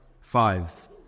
Five